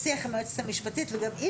הסעיף הזה מדבר